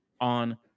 on